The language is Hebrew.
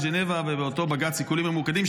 ז'נבה ובאותו בג"ץ סיכולים ממוקדים,